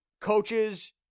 coaches